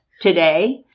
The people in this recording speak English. today